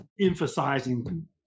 emphasizing